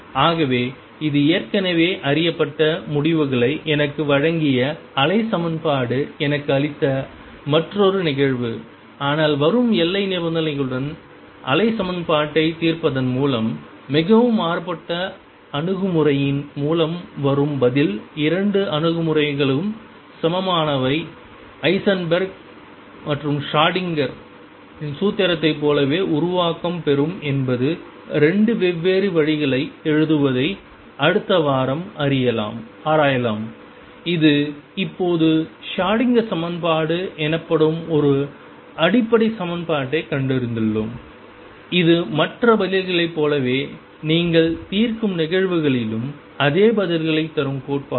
ஆகவே இது ஏற்கனவே அறியப்பட்ட முடிவுகளை எனக்கு வழங்கிய அலை சமன்பாடு எனக்கு அளித்த மற்றொரு நிகழ்வு ஆனால் வரும் எல்லை நிபந்தனைகளுடன் அலை சமன்பாட்டைத் தீர்ப்பதன் மூலம் மிகவும் மாறுபட்ட அணுகுமுறையின் மூலம் வரும் பதில் 2 அணுகுமுறைகளும் சமமானவை ஹைசன்பெர்க் Heisenberg's ஷ்ரோடிங்கரின் Schrodinger's சூத்திரத்தைப் போலவே உருவாக்கம் பெரும் என்பது 2 வெவ்வேறு வழிகளை எழுதுவதை அடுத்த வாரம் ஆராயலாம் இது இப்போது ஷ்ரோடிங்கர் சமன்பாடு எனப்படும் ஒரு அடிப்படை சமன்பாட்டைக் கண்டறிந்துள்ளோம் இது மற்ற பதில்களைப் போலவே நாங்கள் தீர்க்கும் நிகழ்வுகளிலும் அதே பதில்களைத் தரும் கோட்பாடுகள்